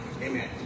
Amen